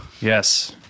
Yes